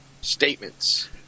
statements